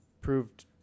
proved